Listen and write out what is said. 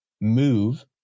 move